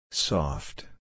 Soft